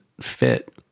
fit